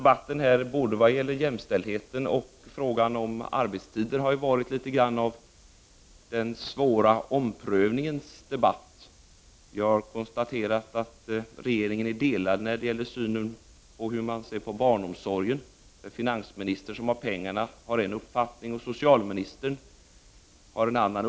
Debatten här, vad gäller både jämställdheten och frågan om arbetstider, har ju varit något av den svåra omprövningens debatt. Vi har konstaterat att regeringen är delad när det gäller synen på barnomsorgen. Finansministern, som har hand om pengarna, har en uppfattning och socialministern har en annan.